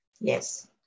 Yes